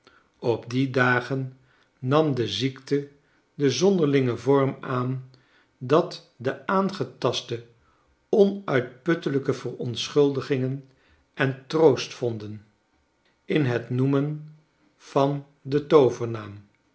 op die dagen nam de ziekte den zonderlingen vorm aan dat de aangetasten onuitputtelijke verontschuldigingen en troost vonden in het noemen van den